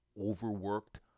overworked